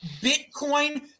Bitcoin